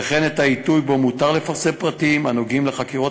וכן את העיתוי שבו מותר לפרסם פרטים הנוגעים בחקירות